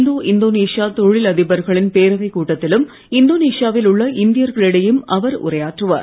இந்தோ இந்தோனேஷிய தொழில் அதிபர்களின் பேரவைக் கூட்டத்திலும் இந்தோனேஷியா வில் உள்ள இந்தியர்களிடையிலும் அவர் உரையாற்றுவார்